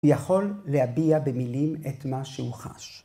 ‫יכול להביע במילים את מה שהוא חש.